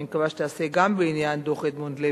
אני מקווה שתיעשה גם בעניין דוח אדמונד לוי,